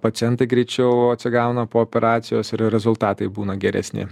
pacientai greičiau atsigauna po operacijos ir rezultatai būna geresni